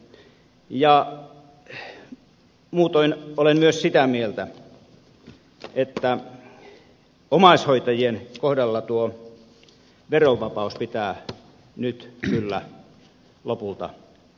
ja muutoin olen myös sitä mieltä että omaishoitajien kohdalla tuo verovapaus pitää nyt kyllä lopulta toteuttaa